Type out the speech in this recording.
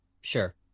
Sure